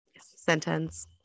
sentence